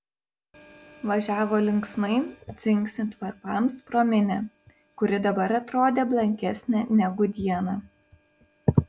važiavo linksmai dzingsint varpams pro minią kuri dabar atrodė blankesnė negu dieną